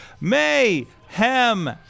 mayhem